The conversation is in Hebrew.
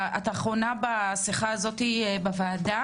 את האחרונה בשיחה הזאת בוועדה,